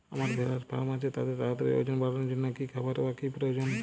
আমার ভেড়ার ফার্ম আছে তাদের তাড়াতাড়ি ওজন বাড়ানোর জন্য কী খাবার বা কী প্রয়োজন?